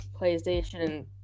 Playstation